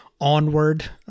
onward